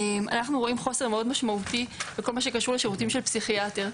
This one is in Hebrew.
אנחנו רואים חוסר מאוד משמעותי בכל מה שקשור לשירותים של פסיכיאטר.